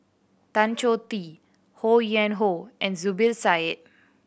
Tan Choh Tee Ho Yuen Hoe and Zubir Said